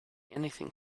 anything